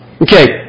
Okay